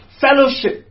fellowship